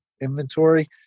inventory